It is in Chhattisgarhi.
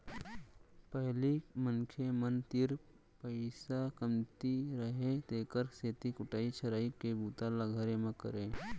पहिली मनखे मन तीर पइसा कमती रहय तेकर सेती कुटई छरई के बूता ल घरे म करयँ